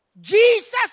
Jesus